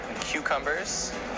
Cucumbers